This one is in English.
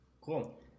cool